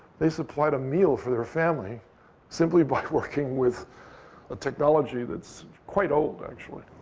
they supplied a meal for their family simply by working with a technology that's quite old, actually.